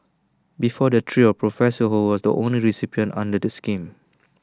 before the trio professor ho was the only recipient under the scheme